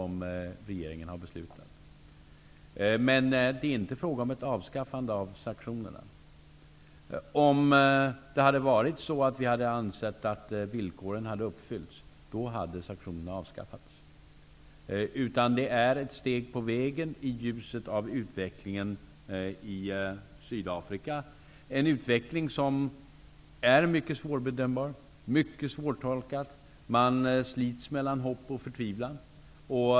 Men det är inte fråga om ett avskaffande av sanktionerna. Om regeringen ansett att villkoren uppfyllts hade sanktionerna avskaffats. Detta är ett steg på vägen i ljuset av utvecklingen i Sydafrika. Det är en utveckling som är mycket svårbedömbar och svårtolkad. Man slits mellan hopp och förtvivlan.